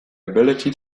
ability